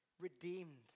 redeemed